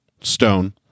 stone